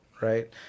right